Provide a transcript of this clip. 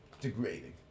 degrading